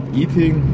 eating